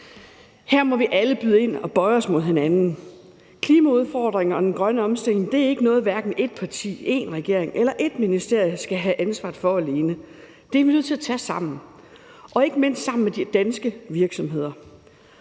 Her må vi alle byde ind og bøje os mod hinanden. Klimaudfordringen og den grønne omstilling er ikke noget, som hverken ét parti, én regering eller ét ministerie skal have ansvar for alene; det er vi nødt til at tage sammen, ikke mindst sammen med de danske virksomheder.